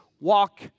walk